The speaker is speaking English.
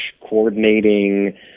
coordinating